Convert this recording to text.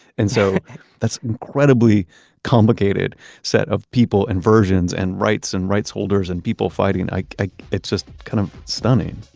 and so that's incredibly complicated set of people and versions and rights and rights holders and people fighting. like ah it's just kind of stunning